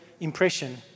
impression